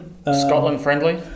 Scotland-friendly